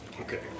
Okay